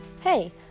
Hey